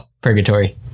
purgatory